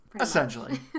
Essentially